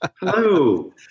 Hello